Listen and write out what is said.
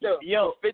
Yo